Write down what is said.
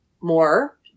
more